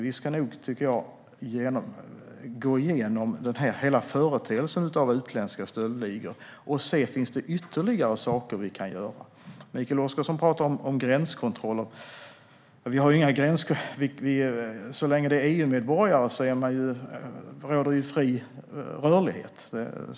Vi ska nog, tycker jag, gå igenom hela företeelsen utländska stöldligor och se om det finns ytterligare saker vi kan göra. Mikael Oscarsson talar om gränskontroller. Så länge det gäller EU-medborgare råder fri rörlighet.